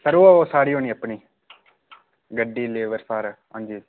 sir ओह् साढ़ी होनी अपनी गड्डी लेबर सारा हां जी